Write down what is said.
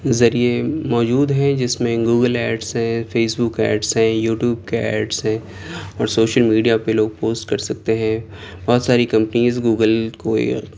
ذریعے موجود ہیں جس میں گوگل ایڈس ہیں فیس بک ایڈس ہیں یوٹیوب کے ایڈس ہیں اور سوشل میڈیا پہ لوگ پوسٹ کر سکتے ہیں بہت ساری کمپنیز گوگل کو